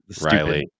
Riley